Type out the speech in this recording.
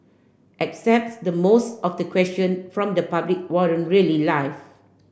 excepts the most of the question from the public weren't really live